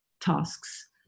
tasks